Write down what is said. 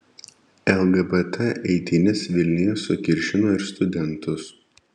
lgbt eitynės vilniuje sukiršino ir studentus